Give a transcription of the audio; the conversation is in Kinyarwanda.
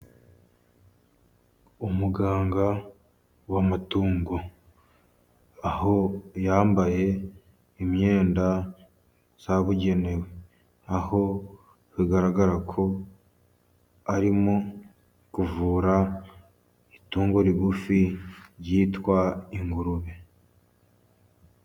Umuganga w'amatungo, aho yambaye imyenda yabugenewe, aho bigaragara ko arimo kuvura itungo rigufi ryitwa ingurube.